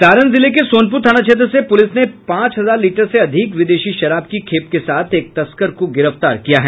सारण जिले के सोनपुर थाना क्षेत्र से पुलिस ने पांच हजार लीटर से अधिक विदेशी शराब की खेप के साथ एक तस्कर को गिरफ्तार किया है